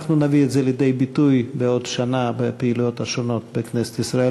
אנחנו נביא את זה לידי ביטוי בעוד שנה בפעילויות השונות בכנסת ישראל,